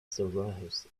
survives